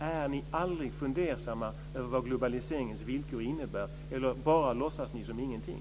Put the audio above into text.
Är ni aldrig fundersamma över vad globaliseringens villkor innebär, eller låtsas ni bara som ingenting?